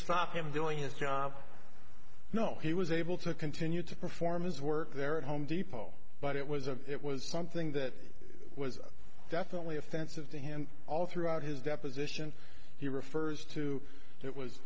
stop him doing his job you know he was able to continue to perform his work there at home depot but it was a it was something that was definitely offensive to him all throughout his deposition he refers to it was